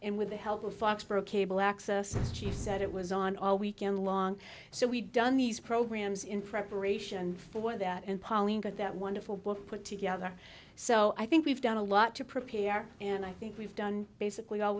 and with the help of foxborough cable access she said it was on all weekend long so we done these programs in preparation for that and pauline got that wonderful book put together so i think we've done a lot to prepare and i think we've done basically all